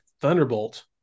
Thunderbolt